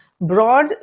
broad